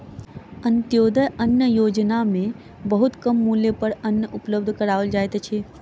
अन्त्योदय अन्न योजना में बहुत कम मूल्य पर अन्न उपलब्ध कराओल जाइत अछि